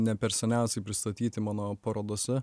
ne per seniausiai pristatyti mano parodose